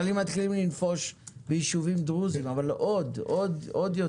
ישראלים מתחילים לנפוש ביישובים דרוזיים אבל צריך עוד יותר.